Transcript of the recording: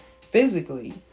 physically